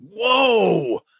Whoa